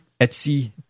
Etsy